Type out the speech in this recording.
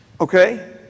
okay